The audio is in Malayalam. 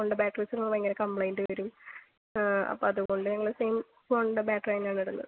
ഫോണിൻ്റെ ബാറ്റ്റീസിന് ഭയങ്കര കംപ്ലൈൻറ് വരും അപ്പ അതുകൊണ്ട് ഞങ്ങൾ സെയിം ഫോണിൻ്റെ ബാറ്ററി തന്നെയാണ് ഇടുന്നത്